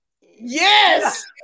Yes